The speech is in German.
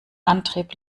antrieb